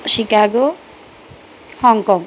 Chicago Hong Kong